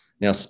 Now